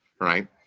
right